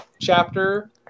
chapter